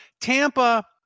Tampa